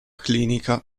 clinica